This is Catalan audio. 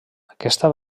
aquesta